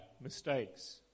mistakes